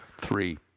Three